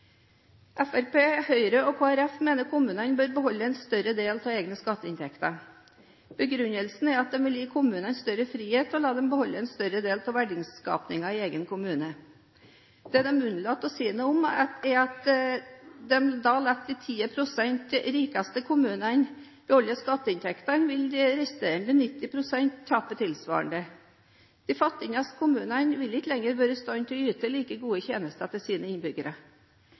Høyre og Kristelig Folkeparti mener kommunene bør beholde en større del av egne skatteinntekter. Begrunnelsen er at de vil gi kommunene større frihet og la dem beholde en større del av verdiskapningen i egen kommune. Det de unnlater å si noe om, er at når man lar de 10 pst. rikeste av kommunene beholde skatteinntektene, vil de resterende 90 pst. tape tilsvarende. De fattigste kommunene ville ikke lenger være i stand til å yte like gode tjenester til sine innbyggere.